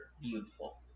Beautiful